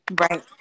Right